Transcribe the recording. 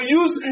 use